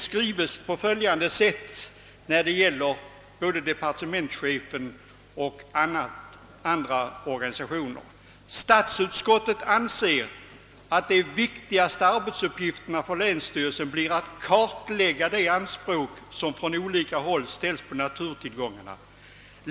I utskottsutlåtandet framhålles bl.a. följande: »Statskontoret anser att de viktigaste arbetsuppgifterna för länsstyrelserna blir att kartlägga de anspråk, som från olika håll ställs på naturtillgångarna.